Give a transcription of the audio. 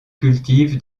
cultive